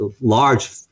large